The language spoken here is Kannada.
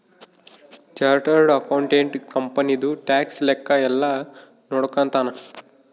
ಚಾರ್ಟರ್ಡ್ ಅಕೌಂಟೆಂಟ್ ಕಂಪನಿದು ಟ್ಯಾಕ್ಸ್ ಲೆಕ್ಕ ಯೆಲ್ಲ ನೋಡ್ಕೊತಾನ